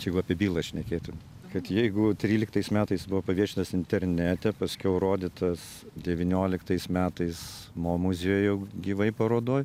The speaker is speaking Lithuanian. čia jeigu apie bylą šnekėtum kad jeigu tryliktais metais buvo paviešintas internete paskiau rodytas devynioliktais metais mo muziejuj jau gyvai parodoj